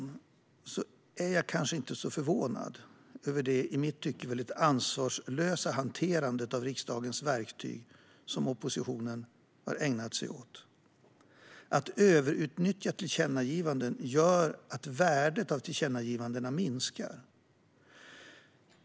Egentligen är jag kanske inte så förvånad över det i mitt tycke mycket ansvarslösa hanterandet av riksdagens verktyg som oppositionen har ägnat sig åt. Att överutnyttja tillkännagivanden gör att värdet av dem minskar.